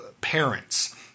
parents